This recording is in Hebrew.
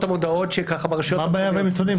מה הבעיה עם עיתונים?